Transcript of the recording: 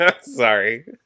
Sorry